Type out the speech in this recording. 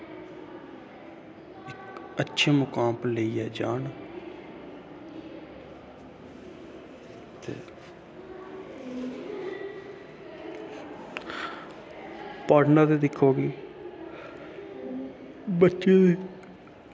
इक अच्छे मुकाम पर लेईयै जान पढ़ना ते दिक्खो फ्ही बच्चें गै